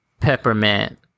Peppermint